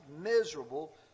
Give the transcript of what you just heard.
miserable